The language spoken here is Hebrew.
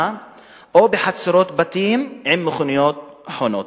או בחצרות בתים עם מכוניות חונות.